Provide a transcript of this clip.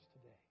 today